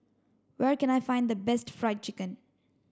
where can I find the best fried chicken